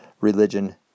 religion